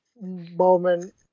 moment